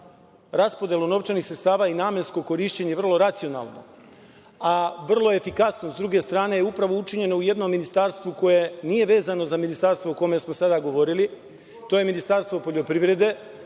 raspodelu novčanih sredstava i namensko korišćenje vrlo racionalno, a vrlo efikasno, sa druge strane, je upravo učinjeno u jednom ministarstvu koje nije vezano za ministarstvo o kome smo sada govorili, to je Ministarstvo poljoprivrede,